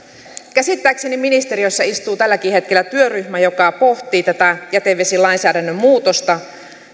käsittääkseni ministeriössä istuu tälläkin hetkellä työryhmä joka pohtii tätä jätevesilainsäädännön muutosta